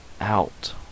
out